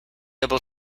able